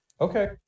Okay